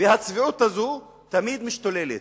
והצביעות הזו תמיד משתוללות,